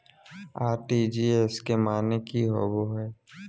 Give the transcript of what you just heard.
RTGS के माने की होबो है?